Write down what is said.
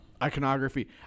Iconography